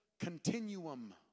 continuum